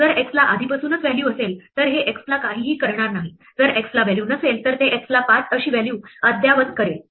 जर x ला आधीपासूनच व्हॅल्यू असेल तर हे x ला काहीही करणार नाही जर x ला व्हॅल्यू नसेल तर ते x ला 5 अशी व्हॅल्यू अद्ययावत करेल